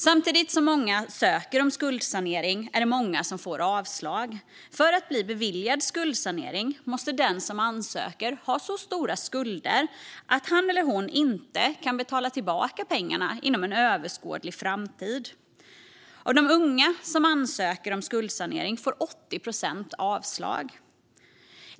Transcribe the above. Samtidigt som många ansöker om skuldsanering är det många som får avslag. För att bli beviljad skuldsanering måste den som ansöker ha så stora skulder att han eller hon inte kan betala tillbaka pengarna inom en överskådlig tid. Av de unga som ansöker om skuldsanering får 80 procent avslag.